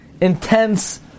intense